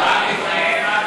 אל תתחייב ואל,